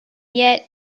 yet